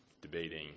debating